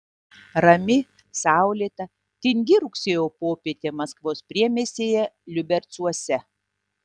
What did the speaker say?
rami saulėta tingi rugsėjo popietė maskvos priemiestyje liubercuose